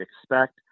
expect